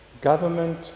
Government